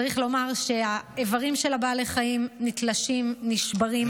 צריך לומר שהאיברים של בעלי החיים נתלשים, נשברים,